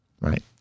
right